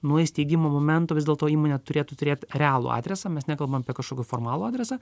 nuo įsteigimo momento vis dėlto įmonė turėtų turėt realų adresą mes nekalbam apie kažkokį formalų adresą